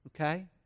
okay